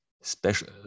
special